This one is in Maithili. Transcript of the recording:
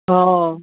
हॅं